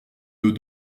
nos